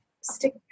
stick